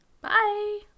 Bye